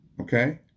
Okay